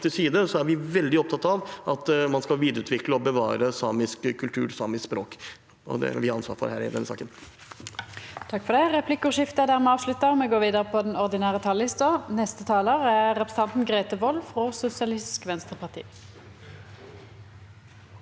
Vi er veldig opptatt av at man skal videreutvikle og bevare samisk kultur og samiske språk, og det har vi ansvar for her i denne saken.